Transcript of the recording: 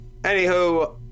Anywho